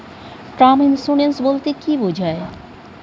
Term insurance বলতে কী বোঝায়?